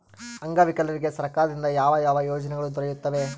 ಅಂಗವಿಕಲರಿಗೆ ಸರ್ಕಾರದಿಂದ ಯಾವ ಯಾವ ಯೋಜನೆಗಳು ದೊರೆಯುತ್ತವೆ?